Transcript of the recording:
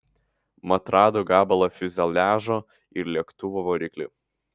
mat rado gabalą fiuzeliažo ir lėktuvo variklį